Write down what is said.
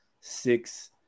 six